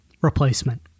replacement